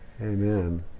Amen